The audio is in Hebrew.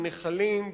בנחלים,